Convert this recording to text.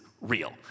real